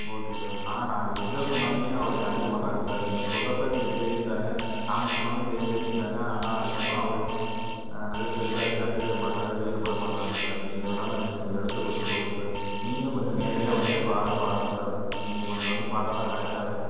okay sir ஆனால் நாங்கள் எதை சொன்னாலும் அவர் கண்டுக்க மாட்டேறாங்க சார் நீங்கள் சொல்றப்போ சரி சரிங்கிறாங்க நாங்கள் சொன்னாலும் சரி சரிங்கிறாங்க ஆனால் அதுக்கப்புறம் அவர் என்னது பெருசாகவே கண்டுக்க மாட்றாரு ஈடுபட மாட்டேறாங்க சார் நீங்கள் அதனால் நீங்கள் கொஞ்சம் எடுத்து கொஞ்சம் சொல்லுங்கள் சார் நீங்களும் கொஞ்சம் நேரடியாக வந்து வார்டை பாருங்க சார் நீங்கள் கொஞ்சம் வந்து பார்த்தா தான் கரெக்டாக இருக்கும்